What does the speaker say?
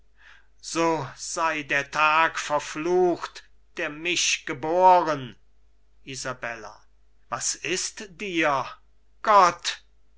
so ist der tag verflucht der mich geboren isabella was ist dir gott